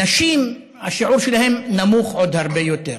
נשים, השיעור שלהן נמוך עוד הרבה יותר.